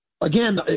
Again